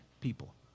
people